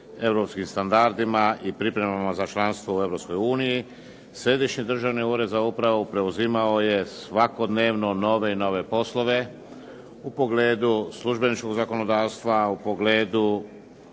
europskim standardima i pripremama za članstvo u Europskoj uniji Središnji državi ured za upravu preuzimao je svakodnevno nove i nove poslove u pogledu službeničkog zakonodavstva, u pogledu